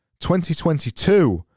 2022